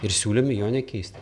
ir siūlėme jo nekeisti